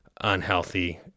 unhealthy